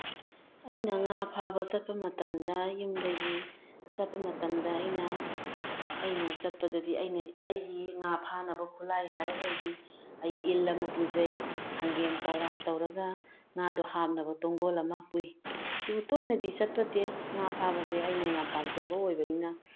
ꯑꯩꯅ ꯉꯥ ꯐꯥꯕ ꯆꯠꯄ ꯃꯇꯝꯗ ꯌꯨꯝꯗꯒꯤ ꯆꯠꯄ ꯃꯇꯝꯗ ꯑꯩꯅ ꯑꯩꯅ ꯆꯠꯄꯗꯗꯤ ꯑꯩꯅ ꯑꯩꯒꯤ ꯉꯥ ꯐꯥꯅꯕ ꯈꯨꯠꯂꯥꯏ ꯍꯥꯏꯔꯒꯗꯤ ꯑꯩ ꯏꯜ ꯑꯃ ꯄꯨꯖꯩ ꯍꯪꯒꯦꯟ ꯄꯧꯔꯥ ꯇꯧꯔꯒ ꯉꯥꯗꯣ ꯍꯥꯞꯅꯕ ꯇꯣꯡꯒꯣꯜ ꯑꯃ ꯄꯨꯏ ꯑꯗꯨ ꯇꯣꯏꯅꯗꯤ ꯆꯠꯇꯦ ꯉꯥ ꯐꯥꯕꯁꯤ ꯑꯩꯅ ꯌꯥꯝ ꯄꯥꯝꯖꯕ ꯑꯣꯏꯕꯅꯤꯅ